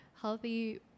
healthy